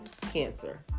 Cancer